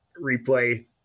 replay